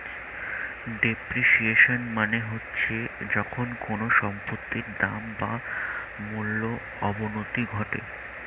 depreciation মানে হচ্ছে যখন কোনো সম্পত্তির দাম বা মূল্যর অবনতি ঘটে